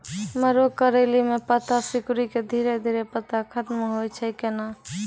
मरो करैली म पत्ता सिकुड़ी के धीरे धीरे पत्ता खत्म होय छै कैनै?